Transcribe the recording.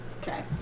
Okay